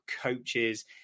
coaches